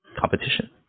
competition